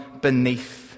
beneath